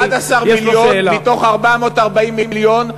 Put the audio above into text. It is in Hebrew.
11 מיליון מתוך 440 מיליון.